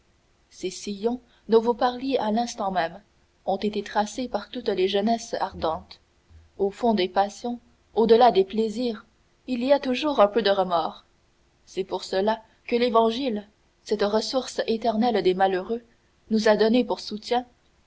ces sillons dont vous parliez à l'instant même ont été tracés par toutes les jeunesses ardentes au fond des passions au-delà du plaisir il y a toujours un peu de remords c'est pour cela que l'évangile cette ressource éternelle des malheureux nous a donné pour soutien